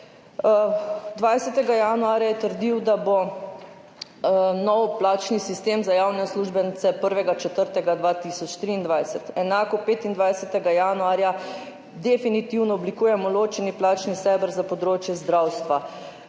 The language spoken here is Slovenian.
20. januarja je trdil, da bo nov plačni sistem za javne uslužbence 1. 4. 2023. Enako 25. januarja: »Definitivno oblikujemo ločeni plačni steber za področje zdravstva.«